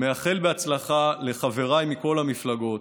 אני מאחל הצלחה לחבריי מכל המפלגות.